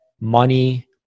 money